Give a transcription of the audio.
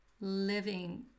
living